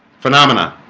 phenomena